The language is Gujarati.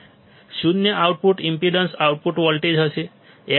શૂન્ય આઉટપુટ ઈમ્પેડન્સ આઉટપુટ વોલ્ટેજ હશે